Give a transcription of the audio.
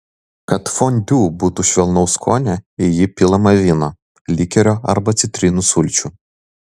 kad fondiu būtų švelnaus skonio į jį pilama vyno likerio arba citrinų sulčių